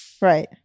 right